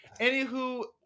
Anywho